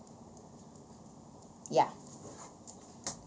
ya